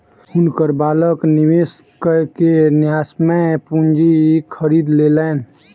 हुनकर बालक निवेश कय के न्यायसम्य पूंजी खरीद लेलैन